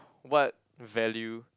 what value